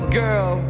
girl